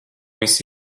viss